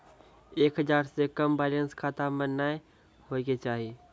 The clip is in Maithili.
एक हजार से कम बैलेंस खाता मे नैय होय के चाही